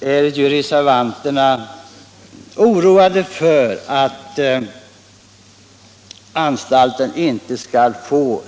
Reservanterna är oroliga för att anstalten inte skall få